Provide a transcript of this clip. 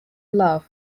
love